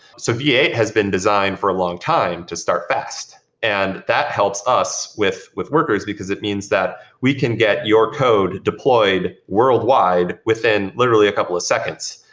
so v eight has been designed for a long time to start fast, and that helps us with with workers, because it means that we can get your code deployed worldwide within literally a couple of seconds,